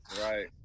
Right